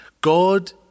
God